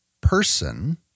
person